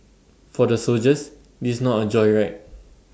for the soldiers this is not A joyride